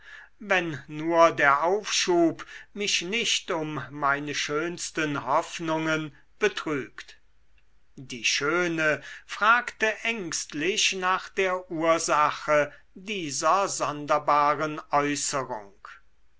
wenn nur der aufschub mich nicht um meine schönsten hoffnungen betrügt die schöne fragte ängstlich nach der ursache dieser sonderbaren äußerung